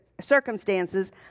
circumstances